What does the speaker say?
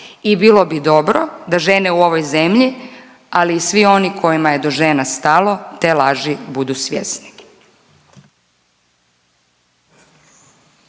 I bilo bi dobro da žene u ovoj zemlji ali i svi oni kojima je do žena stalo te laži budu svjesni.